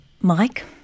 Mike